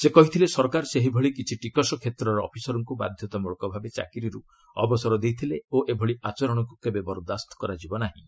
ସେ କହିଥିଲେ ସରକାର ସେହିଭଳି କିଛି ଟିକସ କ୍ଷେତ୍ରର ଅଫିସରଙ୍କୁ ବାଧ୍ୟତାମୂଳକ ଭାବେ ଚାକିରିରୁ ଅବସର ଦେଇଥିଲେ ଓ ଏଭଳି ଆଚରଣକୁ କେବେ ବରଦାସ୍ତ କରାଯିବ ନାହିଁ